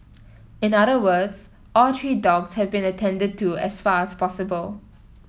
in other words all three dogs have been attended to as far as possible